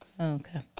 Okay